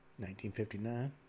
1959